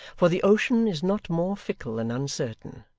for the ocean is not more fickle and uncertain,